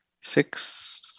six